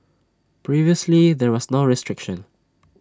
previously there was no restriction